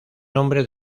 nombre